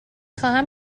خواهم